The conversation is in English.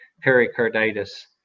pericarditis